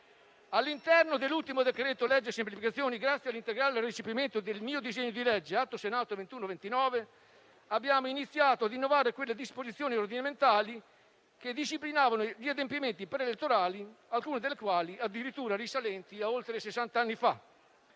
All'interno dell'ultimo decreto-legge semplificazioni, grazie all'integrale recepimento del mio disegno di legge (Atto Senato 2129), abbiamo iniziato ad innovare quelle disposizioni ordinamentali che disciplinavano gli adempimenti preelettorali, alcune delle quali addirittura risalenti a oltre sessant'anni fa.